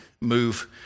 move